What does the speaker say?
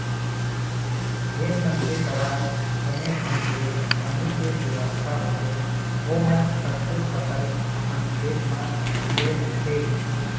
जेन मनसे करा बने ढंग के पानी के बेवस्था होथे ओमन कतको फसल अपन खेत म ले लेथें